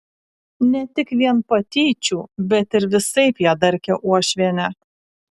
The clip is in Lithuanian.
ne tik vien patyčių bet ir visaip ją darkė uošvienė